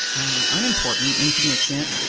um unimportant, insignificant.